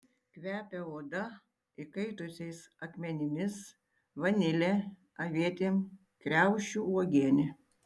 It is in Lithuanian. kvepia oda įkaitusiais akmenimis vanile avietėm kriaušių uogiene